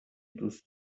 دوست